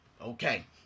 okay